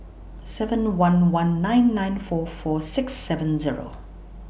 seven one one nine nine four four six seven Zero